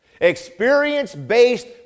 Experience-based